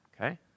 okay